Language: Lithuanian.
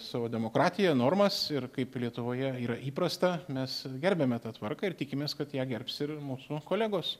savo demokratiją normas ir kaip lietuvoje yra įprasta mes gerbiame tą tvarką ir tikimės kad ją gerbs ir mūsų kolegos